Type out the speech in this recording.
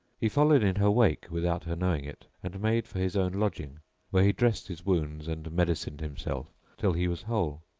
he followed in her wake without her knowing it, and made for his own lodging where he dressed his wounds and medicined himself till he was whole.